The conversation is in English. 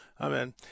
amen